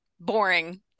boring